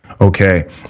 Okay